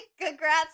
Congrats